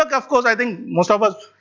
of course i think most of us,